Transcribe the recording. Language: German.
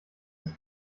ist